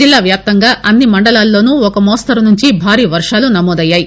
జిల్లా వ్యాప్తంగా అన్ని మండలాల్లోను ఒక మోస్తరు నుంచి భారీ వర్వాలు నమోదయ్యాయి